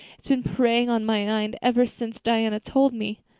it's been preying on my mind ever since diana told me.